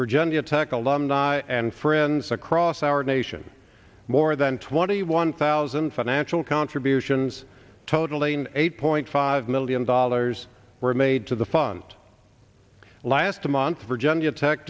virginia tech alumni and friends across our nation more than twenty one thousand financial contributions totally and eight point five million dollars were made to the fund last month virginia tech